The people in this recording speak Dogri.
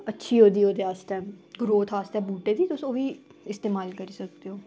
अच्छी ओह्दी ओह्दे आस्तै ग्रोथ आस्तै बूह्टे दी तुस ओह् बी इस्तमाल करी सकदे ओ